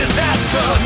Disaster